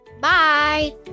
Bye